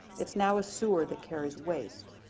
it's now a sewer that carries waste.